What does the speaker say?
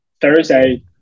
thursday